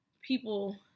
people